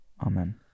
Amen